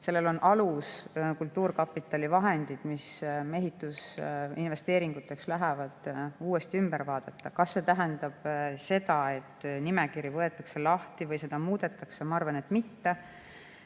see, kui kultuurkapitali vahendid, mis ehitusinvesteeringuteks lähevad, uuesti ümber vaadata. Selleks oleks alust. Kas see tähendab seda, et nimekiri võetakse lahti või seda muudetakse? Ma arvan, et mitte.